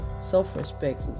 self-respect